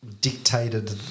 dictated